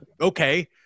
okay